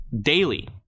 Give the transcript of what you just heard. daily